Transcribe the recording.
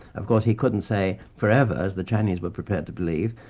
of course he couldn't say forever as the chinese were prepared to believe,